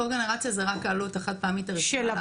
הקוגנרציה זה רק העלות החד פעמית הראשונה,